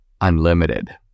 unlimited